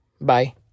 Bye